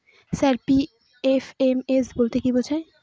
Sir PFMS বলতে কি বোঝায়?